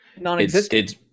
Non-existent